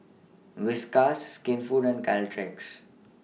Whiskas Skinfood and Caltex